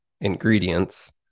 ingredients